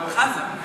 חזן.